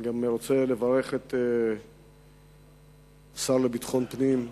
אני גם רוצה לברך את השר לביטחון פנים לשעבר,